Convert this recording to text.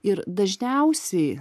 ir dažniausiai